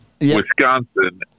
Wisconsin